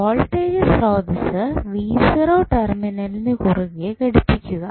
voltage സ്രോതസ്സ് ടെർമിനലിന് കുറുകെ ഘടിപ്പിക്കുക